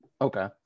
Okay